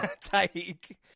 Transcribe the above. take